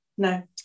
no